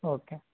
okay